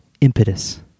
impetus